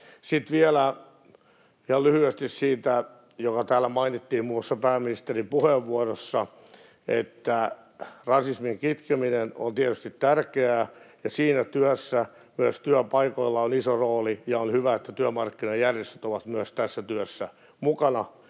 Sitten vielä ihan lyhyesti siitä, mikä täällä mainittiin muun muassa pääministerin puheenvuorossa, että rasismin kitkeminen on tietysti tärkeää ja siinä työssä myös työpaikoilla on iso rooli. On hyvä, että työmarkkinajärjestöt ovat myös tässä työssä mukana,